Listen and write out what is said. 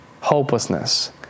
hopelessness